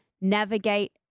navigate